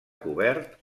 cobert